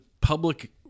public